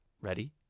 ready